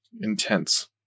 intense